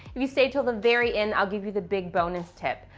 if you stay until the very end, i'll give you the big bonus tip,